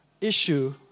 issue